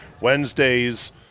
Wednesdays